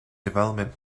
development